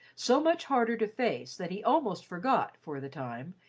so much harder to face that he almost forgot, for the time,